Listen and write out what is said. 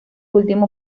último